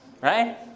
Right